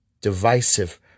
divisive